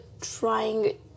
trying